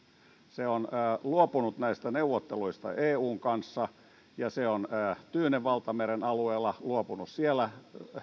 se on luopunut näistä neuvotteluista eun kanssa ja se on tyynen valtameren alueella luopunut siellä